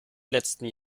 letzten